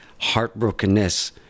heartbrokenness